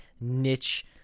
niche